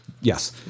Yes